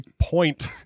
point